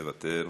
מוותר,